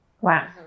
Wow